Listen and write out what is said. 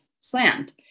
slammed